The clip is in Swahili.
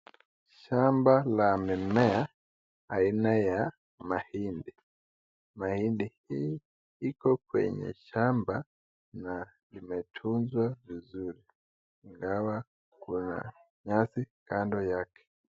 Shamba la mimea aina ya mahindi. Mahindi hii iko kwenye shamba na imetunzwa vizuri, ingawa kuna nyasi kando yake.